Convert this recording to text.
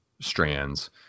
strands